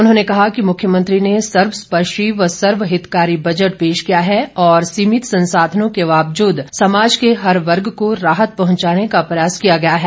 उन्होंने कहा कि मुख्यमंत्री ने सर्वस्पर्शी व सर्वहितकारी बजट पेश किया है और सीमित संसाधनों के बावजूद समाज के हर वर्ग को राहत पहुंचाने का प्रयास किया गया है